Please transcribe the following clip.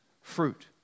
fruit